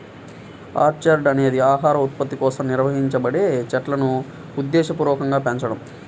orchard అనేది ఆహార ఉత్పత్తి కోసం నిర్వహించబడే చెట్లును ఉద్దేశపూర్వకంగా పెంచడం